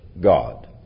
God